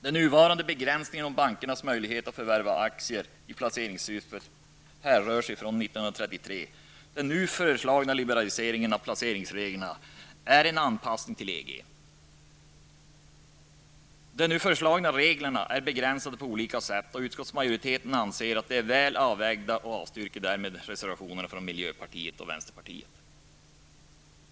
Den nuvarande begränsningen om bankernas möjlighet att förvärva aktier i placeringssyfte härrör sig från 1933. Den nu föreslagna liberaliseringen av placeringsreglerna är en anpassning till EG. De nu föreslagna reglerna är begränsade på olika sätt. Utskottsmajoriteten anser att de är väl avvägda och avstyrker därmed reservationerna från miljöpartiet och vänsterpartiet.